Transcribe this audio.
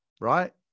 Right